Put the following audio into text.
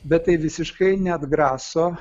bet tai visiškai neatgraso